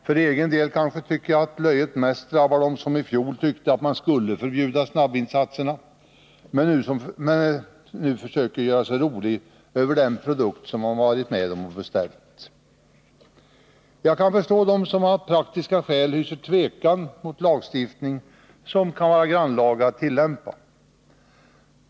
För egen del menar jag att löjet mest drabbar dem som i fjol tyckte att man skulle förbjuda snabbvinsatserna och som nu försöker göra sig roliga över den produkt de varit med om att beställa. Jag kan förstå dem som av praktiska skäl hyser tvekan inför lagstiftning som det kan vara grannlaga att tillämpa.